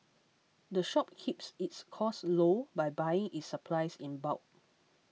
the shop keeps its costs low by buying its supplies in bulk